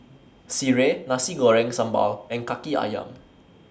Sireh Nasi Goreng Sambal and Kaki Ayam